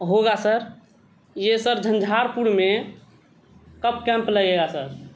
ہوگا سر یہ sir Jhanjharpur میں کب کیمپ لگے گا سر